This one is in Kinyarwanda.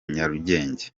nyarugenge